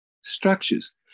structures